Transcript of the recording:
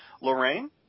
Lorraine